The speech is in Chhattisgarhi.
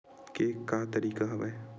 के का तरीका हवय?